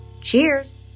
Cheers